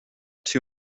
two